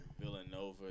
Villanova